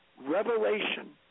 revelation